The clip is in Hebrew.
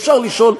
אפשר לשאול,